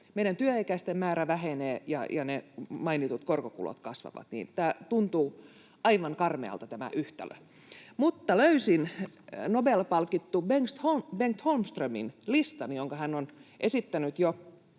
Meillä työikäisten määrä vähenee ja ne mainitut korkokulut kasvavat, niin että tämä yhtälö tuntuu aivan karmealta. Mutta löysin Nobel-palkittu Bengt Holmströmin listan, jonka hän on esittänyt jo